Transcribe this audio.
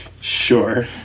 Sure